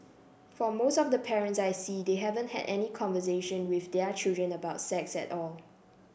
for most of the parents I see they haven't had any conversation with their children about sex at all